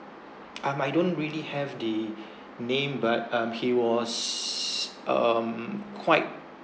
I'm I don't really have the name but um he was um quite